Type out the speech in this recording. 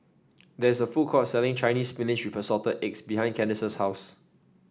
there is a food court selling Chinese Spinach with Assorted Eggs behind Candice's house